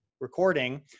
recording